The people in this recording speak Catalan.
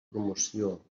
promoció